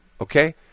okay